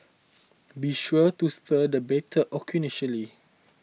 be sure to stir the batter occasionally